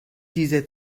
dieser